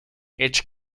its